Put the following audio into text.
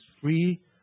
free